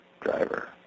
driver